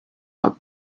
are